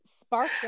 sparked